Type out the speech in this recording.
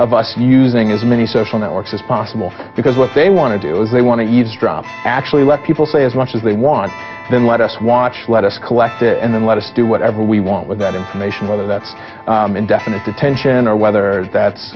of us using as many social networks as possible because what they want to do is they want to eavesdrop actually let people say as much as they want then let us watch let us collect it and then let us do whatever we want with that information whether that's indefinite detention or whether that's